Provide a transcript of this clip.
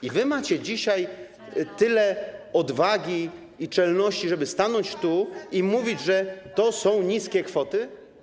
I wy macie dzisiaj tyle odwagi i czelności, żeby stanąć tu i mówić, że to są niskie kwoty?